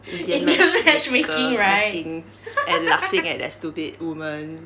indian matchmaker making and laughing at the stupid woman